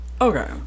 Okay